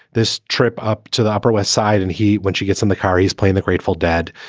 this trip up to the upper west side. and he when she gets in the car, he's playing the grateful dead.